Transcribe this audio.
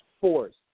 force